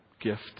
gift